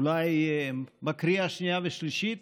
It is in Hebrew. אולי בקריאה השנייה והשלישית,